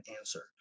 answer